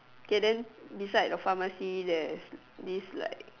k then beside the pharmacy there's this like